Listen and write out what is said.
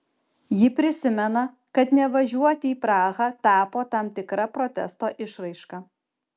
ji prisimena kad nevažiuoti į prahą tapo tam tikra protesto išraiška